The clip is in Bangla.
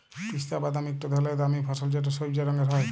পিস্তা বাদাম ইকট ধরলের দামি ফসল যেট সইবজা রঙের হ্যয়